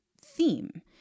theme